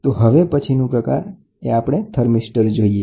તો હવે પછીનું પ્રકાર એ થર્મિસ્ટર છે